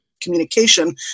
communication